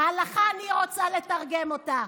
ההלכה, אני רוצה לתרגם אותה.